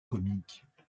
comiques